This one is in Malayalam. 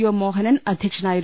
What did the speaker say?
ഒ മോഹനൻ അധ്യക്ഷനായിരുന്നു